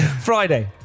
Friday